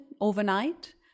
overnight